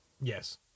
Yes